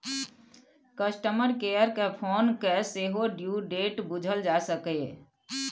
customer care केँ phone कए सेहो ड्यु डेट बुझल जा सकैए